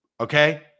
okay